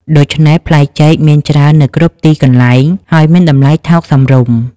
ដូច្នេះផ្លែចេកមានច្រើននៅគ្រប់ទីកន្លែង ហើយមានតម្លៃថោកសមរម្យ។